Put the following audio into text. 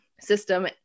system